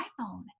iPhone